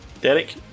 Derek